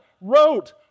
wrote